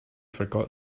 forgot